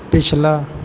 ਪਿਛਲਾ